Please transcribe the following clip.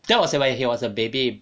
that was when he was a baby